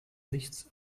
nichts